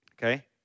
Okay